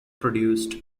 produced